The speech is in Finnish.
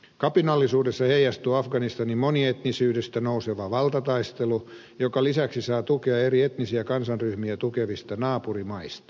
kapinallisuudessa heijastuu afganistanin monietnisyydestä nouseva valtataistelu joka lisäksi saa tukea eri etnisiä kansanryhmiä tukevista naapurimaista